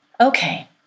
Okay